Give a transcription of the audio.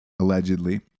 allegedly